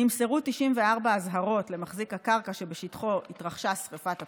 נמסרו 94 אזהרות למחזיק הקרקע שבשטחו התרחשה שרפת הפסולת.